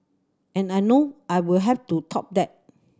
and I know I will have to top that